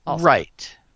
Right